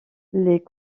les